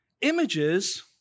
images